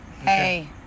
Hey